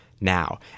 now